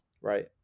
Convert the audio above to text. Right